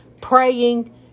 praying